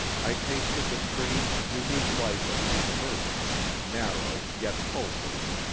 i tasted the strange, unique life of a university, narrow, yet pulsating,